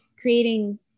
creating